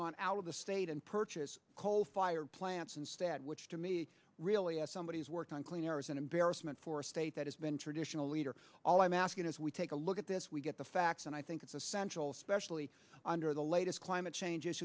gone out of the state and purchase coal fired plants instead which to me really as somebody who's worked on clean air as an embarrassment for a state that has been traditional leader all i'm asking is we take a look at this we get the facts and i think it's essential especially under the latest climate change